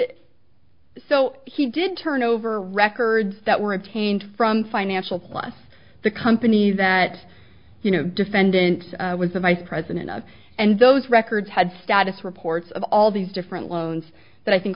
did so he did turn over records that were obtained from financial plus the companies that you know defendant was the vice president of and those records had status reports of all these different loans that i think